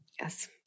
Yes